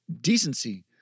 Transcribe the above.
decency